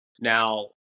Now